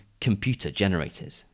computer-generated